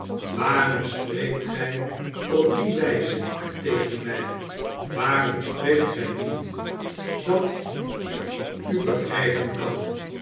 waarom spreekt gij op die wijze tegen mij waarom spreekt gij niet dat ik u begrijpen kan